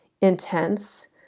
intense